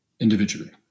individually